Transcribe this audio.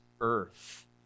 earth